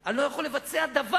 "אני לא יכול לבצע דבר"